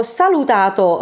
salutato